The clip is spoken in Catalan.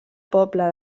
poble